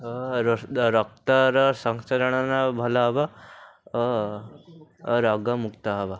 ଓ ରକ୍ତର ସଂଚରଣନ ଭଲ ହବ ଓ ଓ ରୋଗ ମୁକ୍ତ ହବ